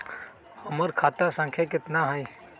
हमर खाता संख्या केतना हई?